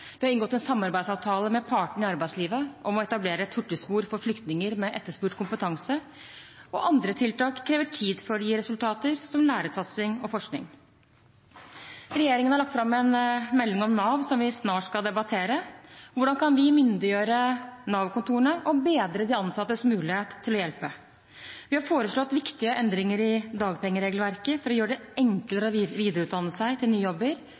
Vi har inngått en samarbeidsavtale med partene i arbeidslivet om å etablere et hurtigspor for flyktninger med etterspurt kompetanse. Andre tiltak krever tid før de gir resultater, som lærersatsing og forskning. Regjeringen har lagt fram en melding om Nav, som vi snart skal debattere. Hvordan kan vi myndiggjøre Nav-kontorene og bedre de ansattes mulighet til å hjelpe? Vi har foreslått viktige endringer i dagpengeregelverket for å gjøre det enklere å videreutdanne seg til nye jobber